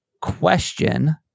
question